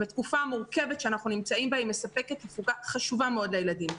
בתקופה המורכבת שאנחנו נמצאים בה היא מספקת הפוגה חשובה מאוד לילדים.